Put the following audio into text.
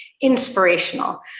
inspirational